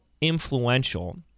influential